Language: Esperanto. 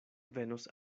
venos